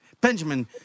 Benjamin